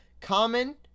Common